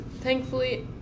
thankfully